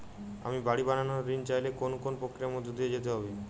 আমি বাড়ি বানানোর ঋণ চাইলে কোন কোন প্রক্রিয়ার মধ্যে দিয়ে যেতে হবে?